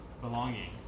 belonging